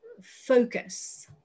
focus